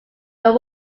were